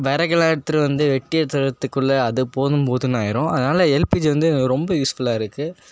விறகுலா எடுத்துட்டு வந்து வெட்டி எடுத்துட்டு வரதுக்குள்ள அது போதும் போதும் ஆயிடும் அதனால் எல்பிஜி வந்து எங்களுக்கு ரொம்ப யூஸ் ஃபுல்லாக இருக்குது